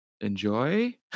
enjoy